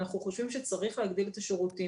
אנחנו חושבים שצריך להגדיל את השירותים.